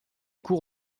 cours